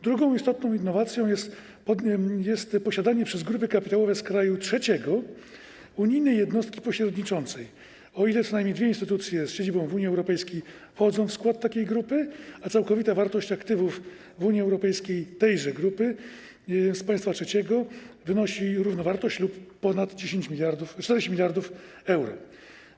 Drugą istotną innowacją jest posiadanie przez grupy kapitałowe z kraju trzeciego unijnej jednostki pośredniczącej, o ile co najmniej dwie instytucje z siedzibą w Unii Europejskiej wchodzą w skład takiej grupy, a całkowita wartość aktywów w Unii Europejskiej tejże grupy z państwa trzeciego wynosi równowartość 10 mld, 40 mld euro lub więcej.